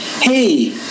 hey